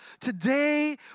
today